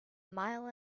mile